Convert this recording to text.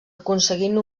aconseguint